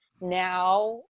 now